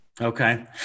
okay